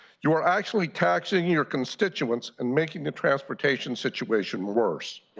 you are actually taxing your constituents and making a transportation situation worse.